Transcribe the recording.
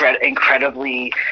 incredibly